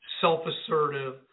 self-assertive